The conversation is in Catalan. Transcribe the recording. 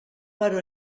però